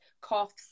coughs